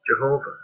Jehovah